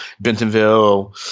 Bentonville